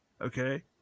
Okay